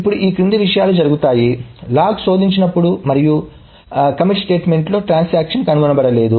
ఇప్పుడు ఈ క్రింది విషయాలు జరుగుతాయి లాగ్ శోధించినప్పుడు మరియు కమిట్ట్ స్టేట్మెంట్ లో ట్రాన్సాక్షన్ కనుగొనబడలేదు